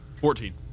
Fourteen